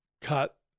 cut